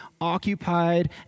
occupied